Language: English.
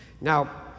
Now